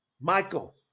Michael